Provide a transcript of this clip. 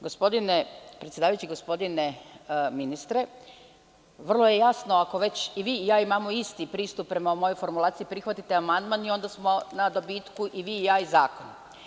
Gospodine predsedavajući, gospodine ministre, vrlo je jasno, ako već i vi i ja imamo isti pristup prema ovoj formulaciji, onda prihvatite amandman i onda smo na dobitku i vi i ja i zakon.